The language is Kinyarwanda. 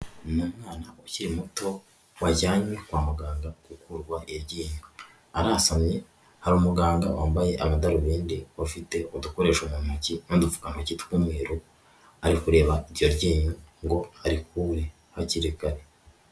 Ni umwana ukiri muto wajyanywe kwa muganga gukurwa iryinyo, arasamye, hari umuganga wambaye amadarubindi, ufite udukoresho mu ntoki n'udupfukantoki tw'umweru, ari kureba iryo ryinyo ngo arekure hakiri kare.